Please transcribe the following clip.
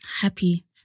Happy